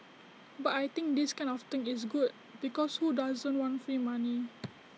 but I think this kind of thing is good because who doesn't want free money